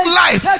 life